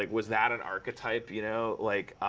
like was that an archetype, you know? like,